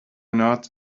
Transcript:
not